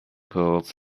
pills